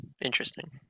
Interesting